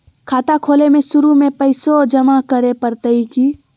खाता खोले में शुरू में पैसो जमा करे पड़तई की?